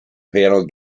panel